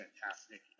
fantastic